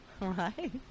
right